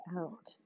out